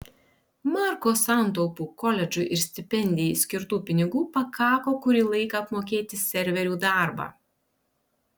marko santaupų koledžui ir stipendijai skirtų pinigų pakako kurį laiką apmokėti serverių darbą